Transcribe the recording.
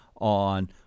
on